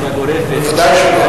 לא להאשים בצורה גורפת, ודאי שלא.